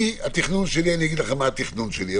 אני אגיד לכם מה התכנון שלי,